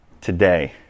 Today